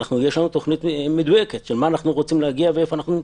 יש לנו תוכנית מדויקת למה אנחנו רוצים להגיע ואיפה אנחנו נמצאים.